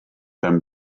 them